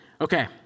Okay